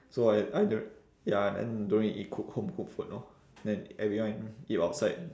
so I I don't rea~ ya then don't really eat cook home cooked food orh then everyone eat outside